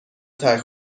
ترک